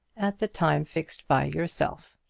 at the time fixed by yourself.